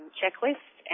checklist